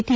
T